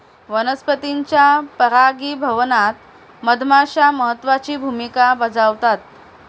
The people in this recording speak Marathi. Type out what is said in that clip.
वनस्पतींच्या परागीभवनात मधमाश्या महत्त्वाची भूमिका बजावतात